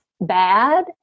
bad